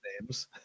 names